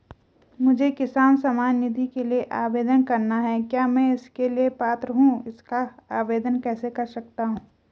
मुझे किसान सम्मान निधि के लिए आवेदन करना है क्या मैं इसके लिए पात्र हूँ इसका आवेदन कैसे कर सकता हूँ?